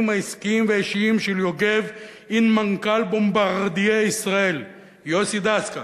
העסקיים והאישיים של יוגב עם מנכ"ל "בומברדיה ישראל" יוסי דסקל,